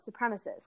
supremacists